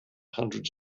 hundreds